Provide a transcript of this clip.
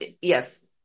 yes